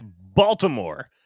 Baltimore